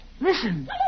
Listen